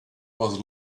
was